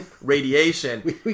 radiation